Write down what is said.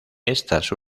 estas